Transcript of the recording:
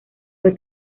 fue